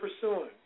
pursuing